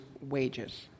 wages